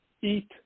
eat